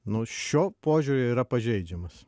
nu šiuo požiūriu yra pažeidžiamas